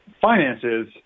finances